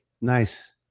nice